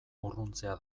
urruntzea